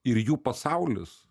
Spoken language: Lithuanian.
ir jų pasaulis